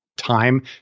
Time